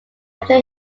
after